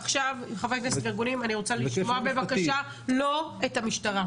עכשיו חברי הכנסת והארגונים אני רוצה לשמוע בבקשה את המשטרה.